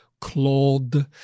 Claude